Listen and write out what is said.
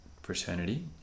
fraternity